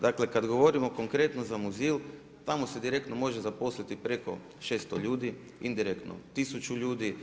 Dakle, kad govorimo konkretno za mozil, tamo se direktno može zaposliti preko 600 ljudi, indirektno 1000 ljudi.